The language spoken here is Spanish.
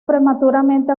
prematuramente